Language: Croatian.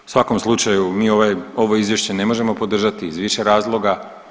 U svakom slučaju mi ovo Izvješće ne možemo podržati iz više razloga.